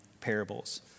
parables